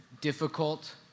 difficult